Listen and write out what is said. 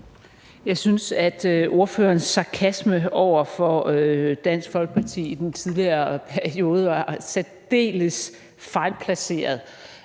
Jeg synes, at ordførerens sarkasme over for Dansk Folkeparti i den tidligere periode har været særdeles fejlplaceret.